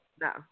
No